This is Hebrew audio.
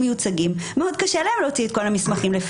מיוצגים לפעמים מאוד קשה להם להוציא אותם כל המסמכים.